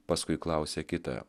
paskui klausia kitą